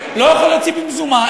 לא יכול להוציא במזומן,